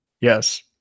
Yes